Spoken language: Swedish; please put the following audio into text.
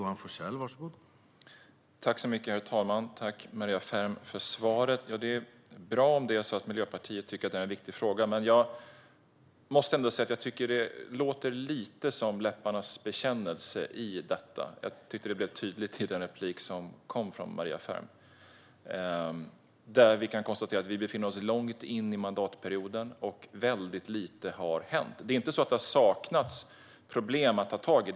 Herr talman! Tack, Maria Ferm, för svaret! Det är bra om Miljöpartiet tycker att det här är en viktig fråga, men jag måste ändå säga att jag tycker att det här låter lite som en läpparnas bekännelse. Det blev tydligt i repliken från Maria Ferm. Vi kan konstatera att vi befinner oss långt in i mandatperioden, och väldigt lite har hänt. Det har inte saknats problem att ta tag i.